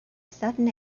sudden